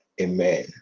Amen